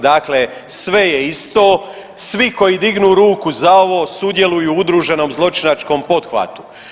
Dakle, sve je isto, svi koji dignu ruku za ovo sudjeluju u udruženom zločinačkom pothvatu.